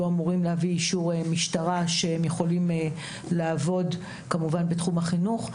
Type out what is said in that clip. אמורים להביא אישור משטרה שהם יכולים לעבוד כמובן בתחום החינוך,